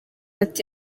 ati